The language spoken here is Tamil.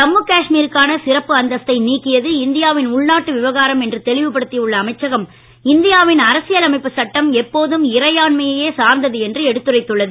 ஜம்மு காஷ்மீருக்கான சிறப்பு அந்தஸ்தை நீக்கியது இந்தியாவின் உள்நாட்டு விவகாரம் என்ற தெளிவுபடுத்தி உள்ள அமைச்சகம் இந்தியாவின் அரசியல் அமைப்புச் சட்டம் எப்போதும் இறையாண்மையையே சார்ந்தது என்று எடுத்துரைத்துள்ளது